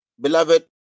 beloved